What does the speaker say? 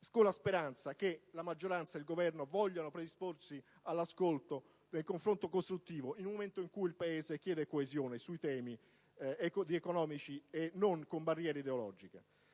con la speranza che la maggioranza ed il Governo vogliano predisporsi all'ascolto e al confronto costruttivo in un momento in cui il Paese chiede coesione sui temi economici senza barriere ideologiche.